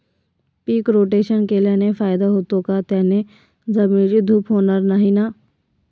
पीक rotation केल्याने फायदा होतो का? त्याने जमिनीची धूप होणार नाही ना?